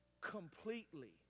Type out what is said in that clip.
completely